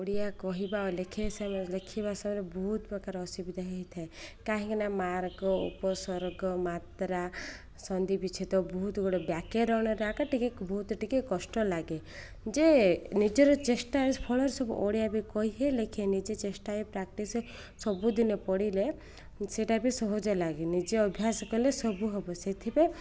ଓଡ଼ିଆ କହିବା ଆ ଲେଖିଆ ହିସାବରେ ଲେଖିବା ହିସାବରେ ବହୁତ ପ୍ରକାର ଅସୁବିଧା ହେଇଥାଏ କାହିଁକିନା ମାର୍ଗ ଉପସ୍ଵର୍ଗ ମାତ୍ରା ସନ୍ଧି ବିଚ୍ଛେଦ ବହୁତ ଗୁଡ଼େ ବ୍ୟାକେରଣରେ ଆକା ଟିକେ ବହୁତ ଟିକେ କଷ୍ଟ ଲାଗେ ଯେ ନିଜର ଚେଷ୍ଟା ଫଳରେ ସବୁ ଓଡ଼ିଆ ବି କହି ହେଲେ କେନି ନିଜେ ଚେଷ୍ଟା ହେ ପ୍ରାକ୍ଟିସ୍ ହେ ସବୁଦିନେ ପଡ଼ିଲେ ସେଇଟା ବି ସହଜ ଲାଗେ ନିଜେ ଅଭ୍ୟାସ କଲେ ସବୁ ହବ ସେଥିପାଇଁ